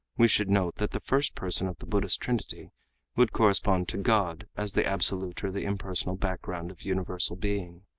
we should note that the first person of the buddhist trinity would correspond to god as the absolute or the impersonal background of universal being.